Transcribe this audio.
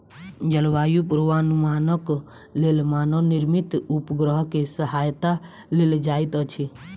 जलवायु पूर्वानुमानक लेल मानव निर्मित उपग्रह के सहायता लेल जाइत अछि